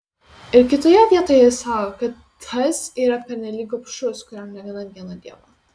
ir kitoje vietoje jis sako kad tas yra pernelyg gobšus kuriam negana vieno dievo